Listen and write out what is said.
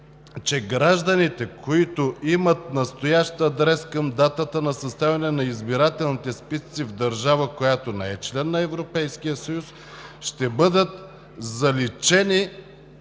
че „Гражданите, които имат настоящ адрес към датата на съставяне на избирателните списъци в държава, която не е член на Европейския съюз, ще бъдат заличени